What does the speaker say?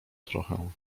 trochę